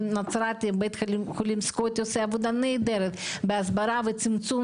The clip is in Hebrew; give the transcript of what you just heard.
הסקוטי בנצרת שהוא עושה עבודה נהדרת בהסברה וצמצום